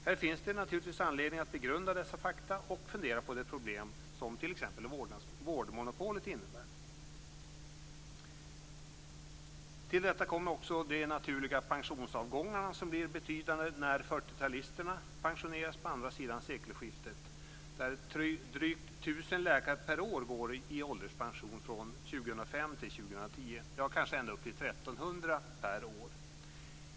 Här finns det naturligtvis anledning att begrunda dessa fakta och fundera på de problem som t.ex. Till detta kommer också de naturliga pensionsavgångarna, som blir betydande när 40-talisterna pensioneras på andra sidan sekelskiftet. Drygt 1 000 2010, eller kanske ända upp till 1 300 per år.